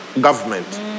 government